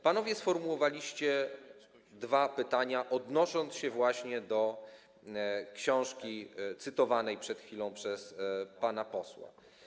Panowie sformułowaliście dwa pytania, odnosząc się do książki cytowanej przed chwilą przez pana posła.